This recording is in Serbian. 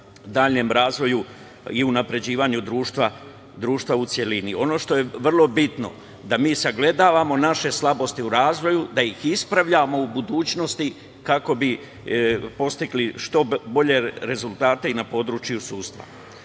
daljem razvoju i unapređenju društva u celini. Ono što je vrlo bitno je da mi sagledavamo naše slabosti u razvoju, da ih ispravljamo u budućnosti kako bi postigli što bolje rezultate i na području sudstva. Kako